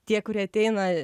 tie kurie ateina